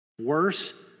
Worse